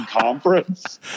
conference